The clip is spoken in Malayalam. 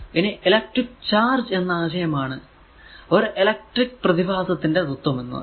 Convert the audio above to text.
ഇനി ഇലക്ട്രിക്ക് ചാർജ് എന്ന ആശയമാണ് ഒരു ഇലക്ട്രിക്ക് പ്രതിഭാസത്തിന്റെ തത്വം എന്നത്